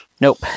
Nope